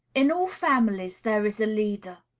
in all families there is a leader.